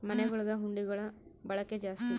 ಮನೆಗುಳಗ ಹುಂಡಿಗುಳ ಬಳಕೆ ಜಾಸ್ತಿ